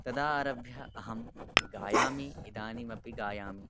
तदा आरभ्य अहं गायामि इदानीमपि गायामि